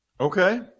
Okay